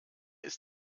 ist